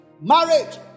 marriage